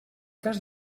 cas